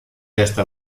testa